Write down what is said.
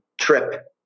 trip